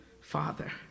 Father